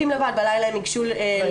בלילה הם ייגשו לחדרים אקוטיים בלבד,